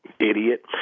idiot